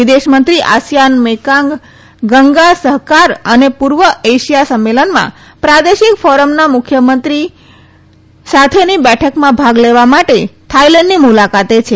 વિદેશમંત્રી ASEAN Mekong Ganga સહકાર અને પૂર્વ એશિયા સંમેલનમાં પ્રાદેશિક ફોરમના મુખ્યમંત્રી સારની બેઠકમાં ભાગ લેવા માટે થાઇલેન્ડની મુલાકાતે છે